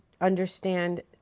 understand